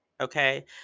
Okay